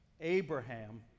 Abraham